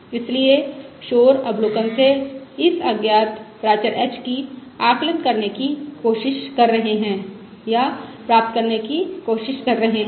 इसलिए शोर अवलोकन से इस अज्ञात प्राचर h की आकलन करने की कोशिश कर रहा है या प्राप्त करने की कोशिश कर रहे हैं